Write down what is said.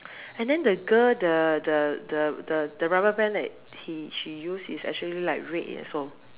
and then the girl the the the the the rubber band that he she used is actually like red also